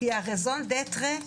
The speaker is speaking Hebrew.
"רזון דטרה"